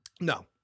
No